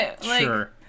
Sure